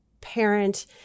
parent